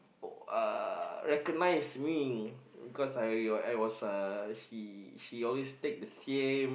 oh recognize me cause I was it was her he he always take the same